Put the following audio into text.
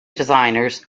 designers